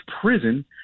prison